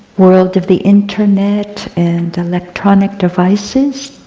world of the internet and electronic devices,